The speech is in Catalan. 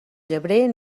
llebrer